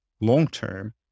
long-term